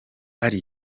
ari